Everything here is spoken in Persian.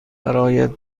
برایت